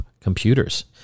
computers